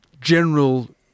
general